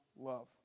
love